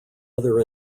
other